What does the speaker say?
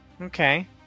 Okay